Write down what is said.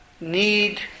need